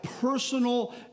personal